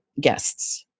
guests